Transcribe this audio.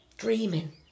Dreaming